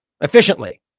efficiently